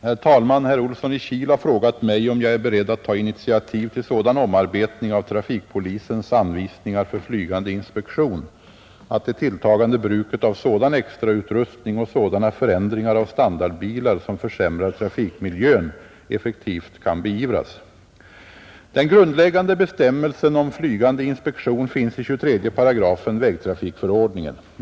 Herr talman! Herr Olsson i Kil har frågat mig om jag är beredd att ta initiativ till sådan omarbetning av trafikpolisens Anvisningar för flygande inspektion att det tilltagande bruket av sådan extrautrustning och sådana förändringar av standardbilar som försämrar trafikmiljön effektivt kan beivras. Den grundläggande bestämmelsen om flygande inspektion finns i 23 § vägtrafikförordningen.